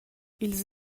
ils